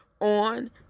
on